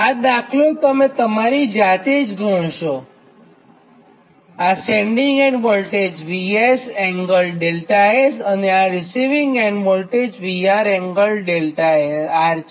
આ દાખલો તમે તમારી જાતે જ ગણશોઆ સેન્ડીંગ એન્ડ વોલ્ટેજ VS∠δS અને આ રીસિવીંગ એન્ડ વોલ્ટેજ VR∠δR છે